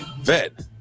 Vet